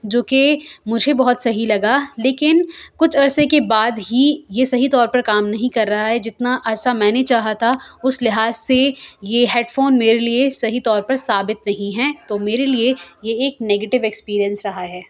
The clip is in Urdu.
جو کہ مجھے بہت صحیح لگا لیکن کچھ عرصے کے بعد ہی یہ صحیح طور پر کام نہیں کر رہا ہے جتنا عرصہ میں نے چاہا تھا اس لحاظ سے یہ ہیڈ فون میرے لیے صحیح طور پر ثابت نہیں ہے تو میرے لیے یہ ایک نیگیٹو ایکسپیرینس رہا ہے